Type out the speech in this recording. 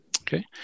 Okay